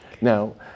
Now